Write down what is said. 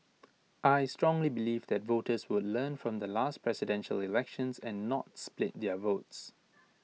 I strongly believe that voters would learn from the last Presidential Elections and not split their votes